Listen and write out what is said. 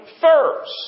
first